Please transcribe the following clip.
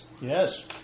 Yes